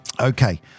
Okay